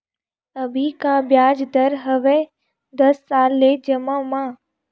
अभी का ब्याज दर हवे दस साल ले जमा मा?